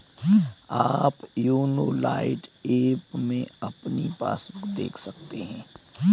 आप YONO Lite app में अपनी पासबुक देख सकते हैं